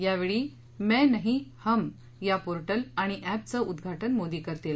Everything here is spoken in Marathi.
यावेळी मै नही हम या पोर्टल आणि अप्रक्विं उद्घाटन मोदी करतील